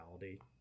reality